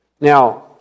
Now